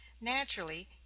naturally